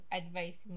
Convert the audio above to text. advice